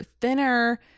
thinner